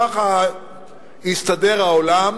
ככה הסתדר העולם,